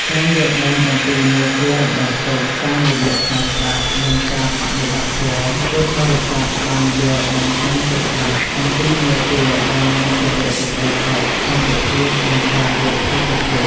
ការយល់ដឹងអំពីមាគ៌ារំដោះទុក្ខ តាមរយៈការស្ដាប់ និងការបដិបត្តិធម៌ ពុទ្ធបរិស័ទបានយល់ដឹងកាន់តែច្បាស់អំពីមាគ៌ាដែលនាំទៅរកសេចក្តីសុខ សន្តិភាព និងការរួចផុតពីទុក្ខ។